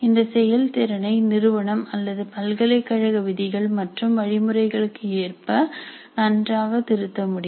இந்த செயல் திறனை நிறுவனம் அல்லது பல்கலைக்கழக விதிகள் மற்றும் வழி முறைகளுக்கு ஏற்ப நன்றாக திருத்த முடியும்